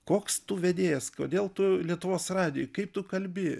koks tu vedėjas kodėl tu lietuvos radijuj kaip tu kalbi